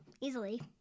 easily